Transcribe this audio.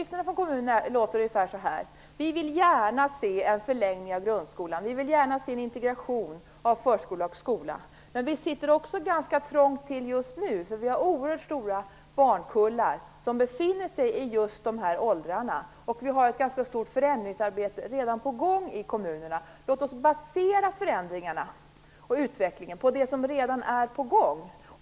Från kommunerna låter det ungefär så här: Vi vill gärna se en förlängning av grundskolan, vi vill gärna se en integration av förskolan och skolan, men vi sitter ganska trångt till just nu, för vi har oerhört stora barnkullar som befinner sig i just de åldrarna och vi har redan ett ganska stort förändringsarbete på gång i kommunerna. Låt oss basera förändringarna och utvecklingen på det som redan är på gång.